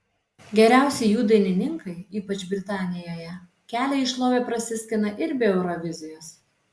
geriausi jų dainininkai ypač britanijoje kelią į šlovę prasiskina ir be eurovizijos